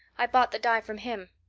i bought the dye from him.